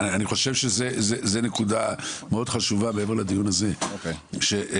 אני חושב שזו נקודה מאוד חשובה מעבר לדיון הזה שיש